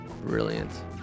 Brilliant